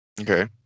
Okay